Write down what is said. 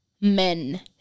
men